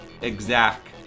Exact